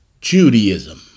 Judaism